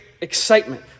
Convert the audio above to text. excitement